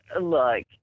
look